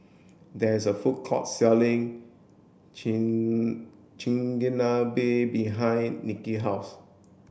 there is a food court selling Chigenabe behind Nikia house